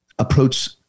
approach